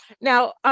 now